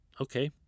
Okay